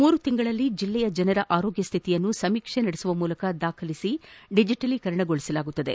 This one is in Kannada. ಮೂರು ತಿಂಗಳಲ್ಲಿ ಜೆಲ್ಲೆಯ ಜನರ ಆರೋಗ್ಯ ಸ್ವಿತಿಯನ್ನು ಸಮೀಕ್ಷೆ ಮೂಲಕ ದಾಖಲಿಸಿ ಡಿಜಿಟಲೀಕರಣಗೊಳಿಸಲಾಗುತ್ತದೆ